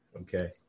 Okay